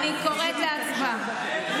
אני קוראת להצבעה.